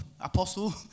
apostle